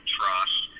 trust